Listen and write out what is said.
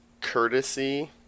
courtesy